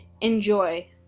enjoy